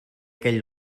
aquell